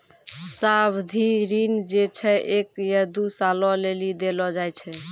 सावधि ऋण जे छै एक या दु सालो लेली देलो जाय छै